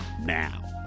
now